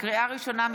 לקריאה ראשונה,